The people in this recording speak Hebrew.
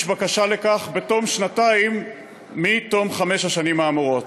בקשה לכך בתום שנתיים מתום חמש השנים האמורות.